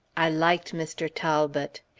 i liked mr. talbot!